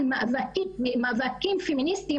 על מאבקים פמיניסטיים,